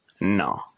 No